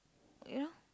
you know